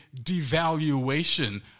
devaluation